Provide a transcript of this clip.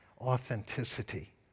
Authenticity